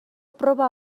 proba